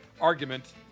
argument